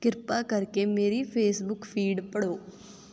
ਕਿਰਪਾ ਕਰਕੇ ਮੇਰੀ ਫੇਸਬੁੱਕ ਫੀਡ ਪੜ੍ਹੋ